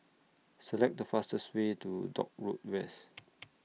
Select The fastest Way to Dock Road West